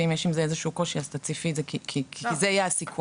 אם יש עם זה איזשהו קושי אז תציפי את זה כי זה יהיה הסיכום,